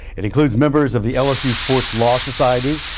it includes members of the lsu sports law society,